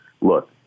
Look